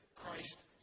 Christ